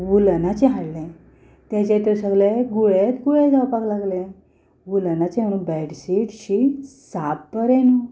व्हुलनाचे हाडले तेचे तर सगळे गुळेच गुळे जावपाक लागले व्हुलनाचे म्हूण बेडशीट शी साप्प बरें न्हय